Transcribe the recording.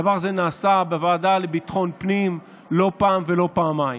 הדבר הזה נעשה בוועדה לביטחון הפנים לא פעם ולא פעמיים.